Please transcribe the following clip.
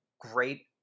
great